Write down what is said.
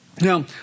Now